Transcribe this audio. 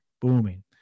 booming